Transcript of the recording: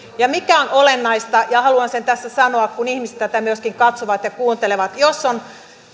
ja mikä on olennaista ja haluan sen tässä sanoa kun ihmiset tätä myöskin katsovat ja kuuntelevat jos on